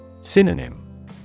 Synonym